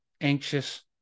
anxious